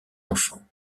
enfant